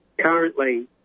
Currently